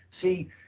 see